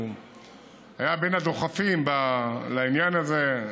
היה בין הדוחפים לעניין הזה,